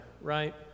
right